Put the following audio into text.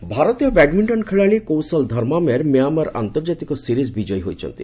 badminton ଭାରତୀୟ badminton ଖେଳାଳି Kaushal Dharmamer Myanmar ଆନ୍ତର୍ଜାତିକ ସିରିଜ୍ ବିଜୟୀ ହୋଇଛନ୍ତି